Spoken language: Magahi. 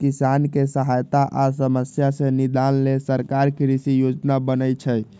किसानके सहायता आ समस्या से निदान लेल सरकार कृषि योजना बनय छइ